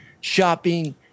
shopping